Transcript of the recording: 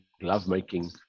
lovemaking